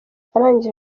arangije